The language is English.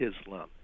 islam